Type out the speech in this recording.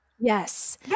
Yes